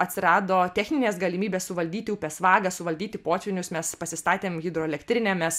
atsirado techninės galimybės suvaldyti upės vagą suvaldyti potvynius mes pasistatėm hidroelektrinę mes